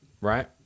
right